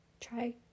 try